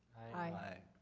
aye.